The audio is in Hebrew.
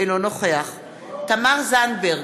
אינו נוכח תמר זנדברג,